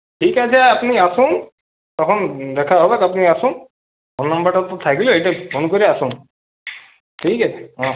ঠিক আছে আপনি আসুন তখন দেখা হবে আপনি আসুন ফোন নাম্বারটা তো থাকলো এইটাই ফোন করে আসুন ঠিক আছে